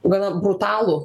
gana brutalų